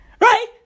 Right